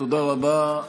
תודה רבה.